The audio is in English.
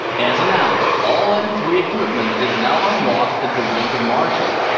as announced, all m three equipment is now unlocked at the rank of marshall.